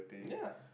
yeah